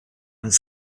and